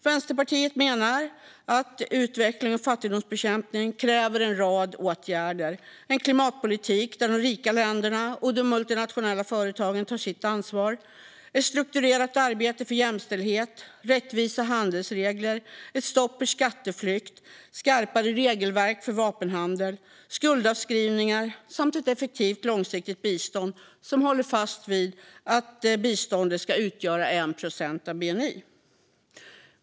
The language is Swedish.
Vänsterpartiet menar att utveckling och fattigdomsbekämpning kräver en rad åtgärder: en klimatpolitik där de rika länderna och de multinationella företagen tar sitt ansvar, ett strukturerat arbete för jämställdhet, rättvisa handelsregler, ett stopp för skatteflykt, skarpare regelverk för vapenhandel, skuldavskrivningar samt ett effektivt långsiktigt bistånd där man håller fast vid att biståndet ska utgöra 1 procent av bni.